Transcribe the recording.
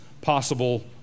possible